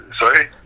Sorry